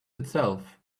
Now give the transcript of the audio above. itself